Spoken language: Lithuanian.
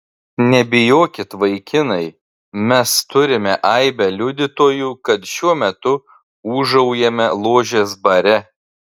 nebijokit vaikinai mes turime aibę liudytojų kad šiuo metu ūžaujame ložės bare